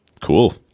Cool